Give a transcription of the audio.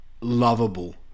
lovable